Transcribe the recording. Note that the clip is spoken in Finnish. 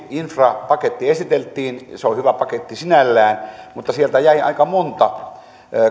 infrapaketti esiteltiin se on hyvä paketti sinällään mutta sieltä jäi aika monta